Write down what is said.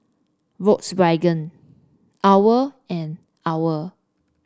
Volkswagen OWL and OWL